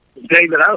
David